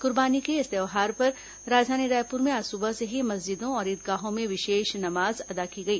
कुर्बानी के इस त्यौहार पर राजधानी रायपुर में आज सुबह से ही मस्जिदों और ईदगाहों में विशेष नमाज अदा की गई